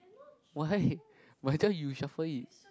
why why don't you shuffle it